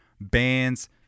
bands